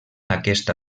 aquesta